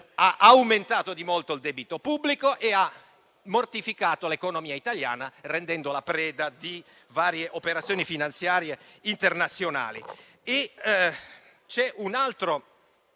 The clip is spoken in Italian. ha aumentato di molto il debito pubblico e ha mortificato l'economia italiana, rendendola preda di varie operazioni finanziarie internazionali.